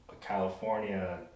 california